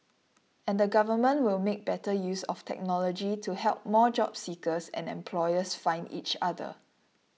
and the government will make better use of technology to help more job seekers and employers find each other